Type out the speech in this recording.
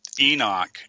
Enoch